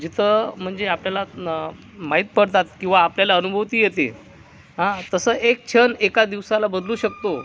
जिथं म्हणजे आपल्याला माहीत पडतात किंवा आपल्याला अनुभूती येते हां तसं एक क्षण एका दिवसाला बदलू शकतो